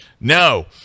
No